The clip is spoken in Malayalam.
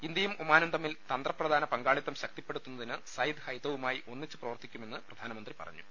ഇന്ത്യയും ഒമാനും തമ്മിൽ തന്ത്രപ്രധാന പങ്കാ ളിത്തം ശക്തിപ്പെടുത്തുന്നതിന് ിസയിദ് ഹൈതവുമായി ഒന്നിച്ച് പ്രവർത്തിക്കുമെന്ന് പ്രധാനമന്ത്രി പറഞ്ഞു